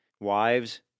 Wives